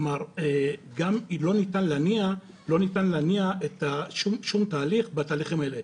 גם לא ניתן להניע שום תהליך בתהליכים האלה.